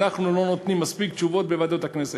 אנחנו לא נותנים מספיק תשובות בוועדות הכנסת.